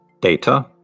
data